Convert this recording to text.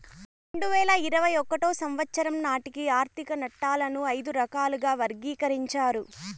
రెండు వేల ఇరవై ఒకటో సంవచ్చరం నాటికి ఆర్థిక నట్టాలను ఐదు రకాలుగా వర్గీకరించారు